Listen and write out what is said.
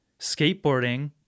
skateboarding